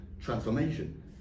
transformation